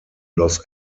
los